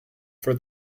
for